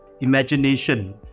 imagination